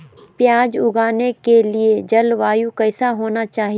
प्याज उगाने के लिए जलवायु कैसा होना चाहिए?